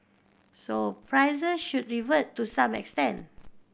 so prices should revert to some extent